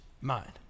mind